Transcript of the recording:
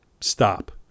stop